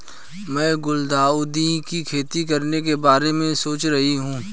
मैं गुलदाउदी की खेती करने के बारे में सोच रही हूं